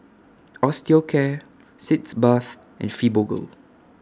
Osteocare Sitz Bath and Fibogel